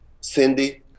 Cindy